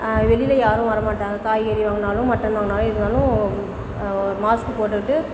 வெளியில யாரும் வரமாட்டாங்க காய்கறி வாங்கினாலும் மட்டன் வாங்கினாலும் எதுனாலும் மாஸ்க்கு போட்டுகிட்டு